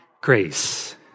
grace